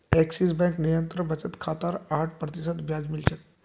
axis bank निरंतर बचत खातात आठ प्रतिशत ब्याज मिल छेक